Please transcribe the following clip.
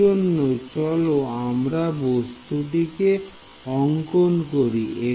সেই জন্য চলো আমরা বস্তুটিকে অংকন করি